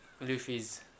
Luffy's